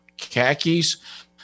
khakis